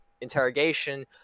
interrogation